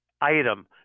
item